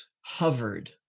hovered